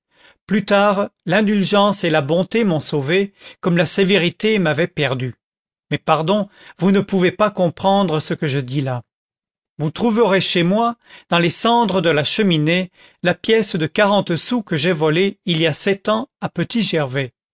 plus tard l'indulgence et la bonté m'ont sauvé comme la sévérité m'avait perdu mais pardon vous ne pouvez pas comprendre ce que je dis là vous trouverez chez moi dans les cendres de la cheminée la pièce de quarante sous que j'ai volée il y a sept ans à